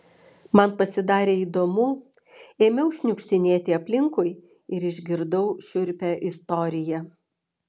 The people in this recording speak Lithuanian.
man pasidarė įdomu ėmiau šniukštinėti aplinkui ir išgirdau šiurpią istoriją